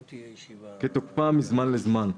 כתוקפם מזמן לזמן,"